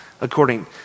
according